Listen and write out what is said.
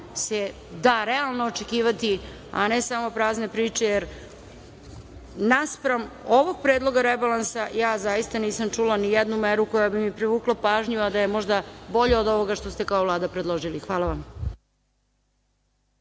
se da realno očekivati a ne samo prazne priče, jer naspram ovog predloga rebalansa, ja zaista nisam čula nijednu meru koja bi mi privukla pažnju koja je bolja od ovoga što je Vlada predložila. Hvala vam.